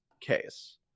case